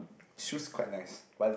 shoes quite nice but